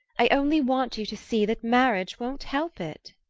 i only want you to see that marriage won't help it.